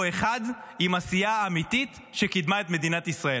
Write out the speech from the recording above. אחד עם עשייה אמיתית שקידמה את מדינת ישראל.